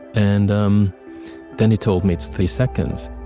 and um then he told me it's three seconds.